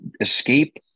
escape